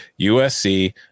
USC